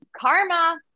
karma